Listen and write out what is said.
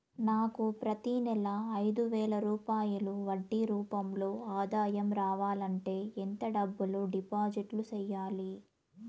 నాకు ప్రతి నెల ఐదు వేల రూపాయలు వడ్డీ రూపం లో ఆదాయం రావాలంటే ఎంత డబ్బులు డిపాజిట్లు సెయ్యాలి?